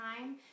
time